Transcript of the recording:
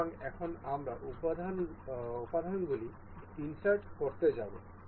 সুতরাং এখন আমরা উপাদানগুলি ইন্সার্ট করতে যাব